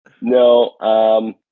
No